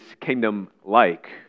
kingdom-like